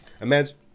Imagine